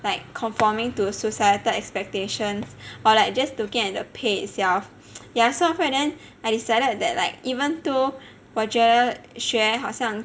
like conforming to societal expectations or like just to get the pay itself ya so after that then I decided that like even though 我觉得学好像